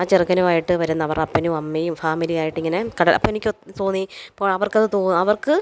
ആ ചെറുക്കനുമായിട്ട് വരുന്ന അവന്റെ അപ്പനും അമ്മയും ഫാമിലി ആയിട്ടിങ്ങനെ കടൽ അപ്പോൾ എനിക്ക് ഒ തോന്നി അപ്പോൾ അവർക്കത് തോ അവർക്ക്